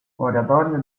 oratorio